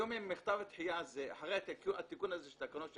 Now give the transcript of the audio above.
היום אחרי תיקון התקנות שעשיתם,